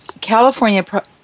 California